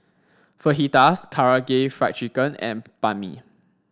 Fajitas Karaage Fried Chicken and Banh Mi